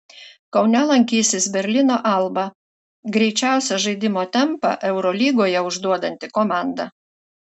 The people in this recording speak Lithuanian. kaune lankysis berlyno alba greičiausią žaidimo tempą eurolygoje užduodanti komanda